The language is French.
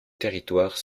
territoire